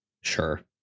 Sure